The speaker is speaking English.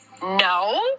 No